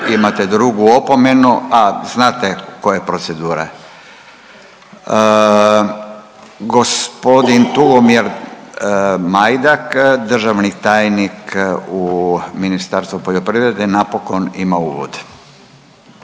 Imate drugu opomenu, a znate koja je procedura. Gospodin Tugomir Majdak državni tajnik u Ministarstvu poljoprivrede napokon ima uvod.